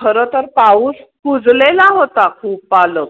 खरंतर पाऊस कुजलेला होता खूप पालक